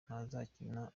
ntazakina